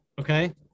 Okay